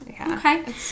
Okay